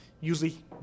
usually